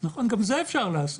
גם את זה אפשר לעשות,